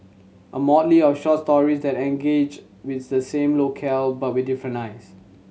a motley of short story that engage with the same locale but with different eyes